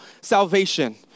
salvation